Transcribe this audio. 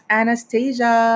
Anastasia